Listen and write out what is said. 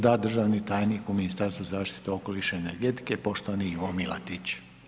Da, državni tajnik u Ministarstvu zaštite okoliša i energetike poštovani Ivo Milatić.